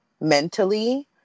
mentally